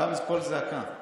קם קול זעקה.